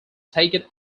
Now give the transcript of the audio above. taken